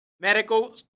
medical